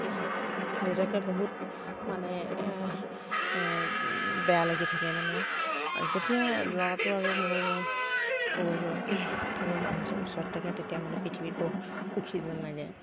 নিজকে বহুত মানে বেয়া লাগি থাকে মানে আৰু যেতিয়া ল'ৰাটো আৰু মোৰ মোৰ মানুহজন ওচৰত থাকে তেতিয়া মানে পৃথিৱীত বহুত সুখী যেন লাগে